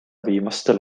viimastel